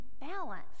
balance